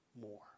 more